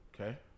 Okay